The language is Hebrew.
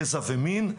גזע ומין.